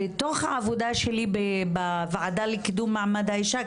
בתוך העבודה שלי בוועדה לקידום מעמד האישה,